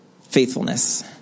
faithfulness